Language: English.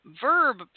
verb